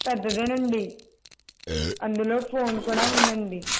పెద్దదేనండి అందులో ఫోన్ కూడా ఉందండి